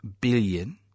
billion